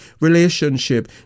relationship